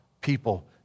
people